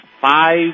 five